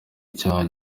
icyaha